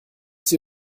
sie